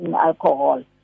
alcohol